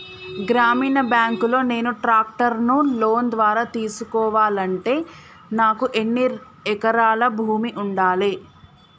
గ్రామీణ బ్యాంక్ లో నేను ట్రాక్టర్ను లోన్ ద్వారా తీసుకోవాలంటే నాకు ఎన్ని ఎకరాల భూమి ఉండాలే?